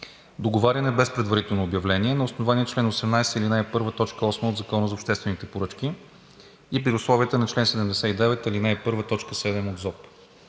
договаряне без предварително обявление, на основание чл. 18, ал. 1, т. 8 от Закона за обществените поръчки и при условията на чл. 79, ал. 1, т. 7 от ЗОП,